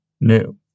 new